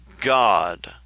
God